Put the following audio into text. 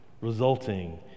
resulting